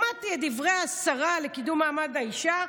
שמעתי את דברי השרה לקידום מעמד האישה,